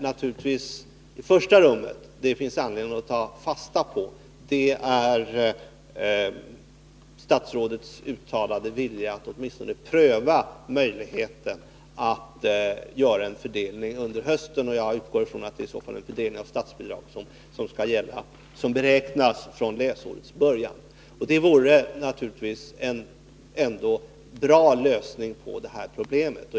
Vad det i främsta rummet finns anledning att ta fasta på är självfallet statsrådets uttalade vilja att åtminstone pröva möjligheten att göra en fördelning under hösten. I så fall utgår jag från att man vid fördelningen av statsbidraget beräknar bidraget från läsårets början. Naturligtvis vore det trots allt en god lösning på problemet.